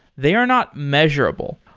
they are not measurable.